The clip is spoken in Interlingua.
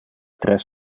tres